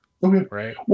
right